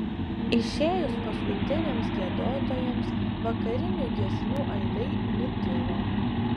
išėjus paskutiniams giedotojams vakarinių giesmių aidai nutilo